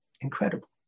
Incredible